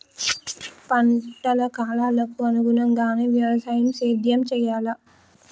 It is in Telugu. పంటల కాలాలకు అనుగుణంగానే వ్యవసాయ సేద్యం చెయ్యాలా?